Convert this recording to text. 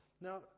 Now